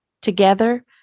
Together